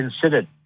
considered